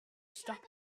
stop